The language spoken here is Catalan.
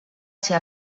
ser